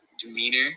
Demeanor